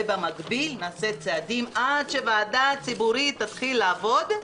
ובמקביל נעשה צעדים עד שוועדה ציבורית תתחיל לעבוד,